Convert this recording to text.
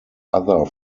other